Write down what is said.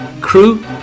crew